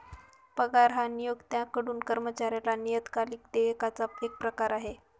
पगार हा नियोक्त्याकडून कर्मचाऱ्याला नियतकालिक देयकाचा एक प्रकार आहे